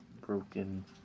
broken